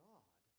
God